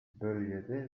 bölgede